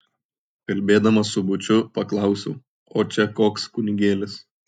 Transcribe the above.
kalbėdamas su būčiu paklausiau o čia koks kunigėlis